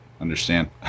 understand